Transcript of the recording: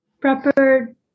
proper